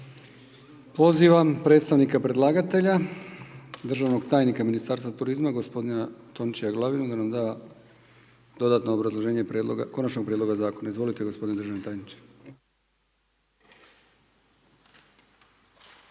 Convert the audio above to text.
Pozivam predstavnika predlagatelja, državnog tajnika ministarstva turizma, gospodina Tončija Glavinu da nam da dodatno obrazloženje konačnog prijedloga zakona. Izvolite, gospodine državni tajniče.